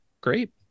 Great